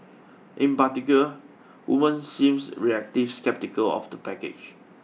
in particular women seemes reactive sceptical of the package